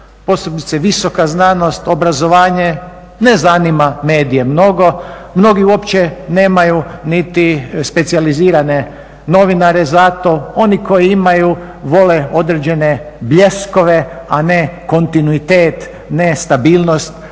posebice visoka znanost, obrazovanje ne zanima medije mnogo, mnogi uopće nemaju niti specijalizirane novinare za to, oni koji imaju vole određene bljeskove a ne kontinuitet, ne stabilnost